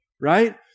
right